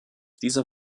dieser